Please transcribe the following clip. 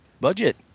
budget